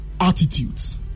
attitudes